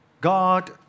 God